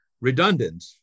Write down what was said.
redundant